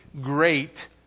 great